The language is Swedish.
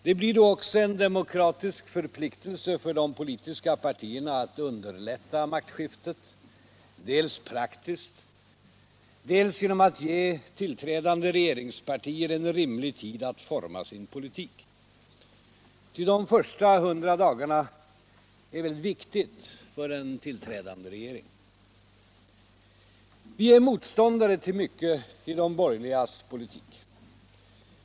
Det blir då också en demokratisk förpliktelse för de politiska partierna att underlätta maktskiften, dels praktiskt, dels genom att ge tillträdande regeringspartier en rimlig tid för att forma sin politik. Ty de första 100 dagarna är väldigt viktiga för en tillträdande regering. Vi är motståndare till mycket i de borgerligas politik.